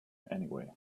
anyway